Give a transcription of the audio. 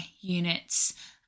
units